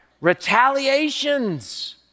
Retaliations